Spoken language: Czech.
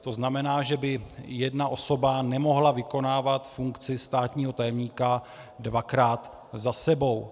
To znamená, že by jedna osoba nemohla vykonávat funkci státního tajemníka dvakrát za sebou.